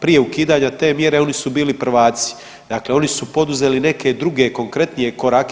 Prije ukidanja te mjere oni su bili prvaci, dakle oni su poduzeli neke druge konkretnije korake.